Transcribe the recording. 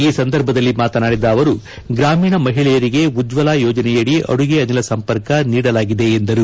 ಈ ಸಂದರ್ಭದಲ್ಲಿ ಮಾತನಾಡಿದ ಅವರು ಗ್ರಾಮೀಣ ಮಹಿಳೆಯರಿಗೆ ಉಜ್ವಲ ಯೋಜನೆಯಡಿ ಅಡುಗೆ ಅನಿಲ ಸಂಪರ್ಕ ನೀಡಲಾಗಿದೆ ಎಂದರು